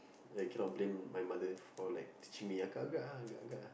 I cannot blame my mother for like teaching me agak-agak ah agak-agak